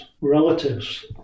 relatives